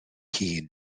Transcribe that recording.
hun